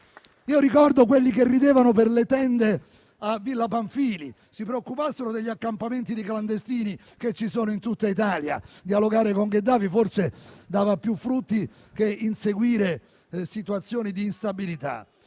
Ricordo quelli che ridevano per le tende a Villa Pamphili: si preoccupassero degli accampamenti di clandestini che ci sono in tutta Italia. Dialogare con Gheddafi forse dava più frutti che inseguire situazioni di instabilità.